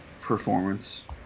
performance